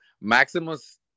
Maximus